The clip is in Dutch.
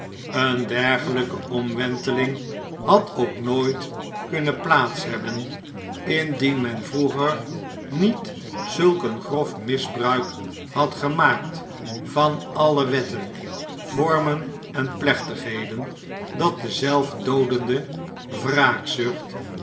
een dergelpe omwenteling had ook nooit kunnen plaats hebben indien men vroeger niet zulk een grof misbruik had gemaakt van alle wetten vormen en plechtighedon dat de zelfdoodende